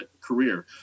career